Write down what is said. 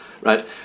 right